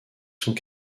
sont